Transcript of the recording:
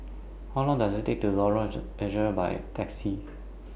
How Long Does IT Take to Lorong By Taxi